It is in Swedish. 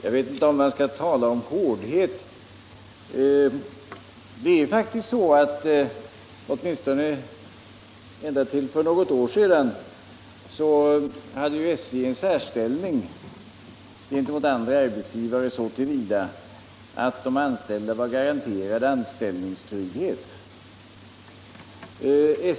Herr talman! Jag vet inte om man skall tala om hårdhet. Åtminstone ända till för något år sedan hade SJ faktiskt en särställning gentemot andra arbetsgivare, så till vida att de anställda var garanterade anställningstrygghet.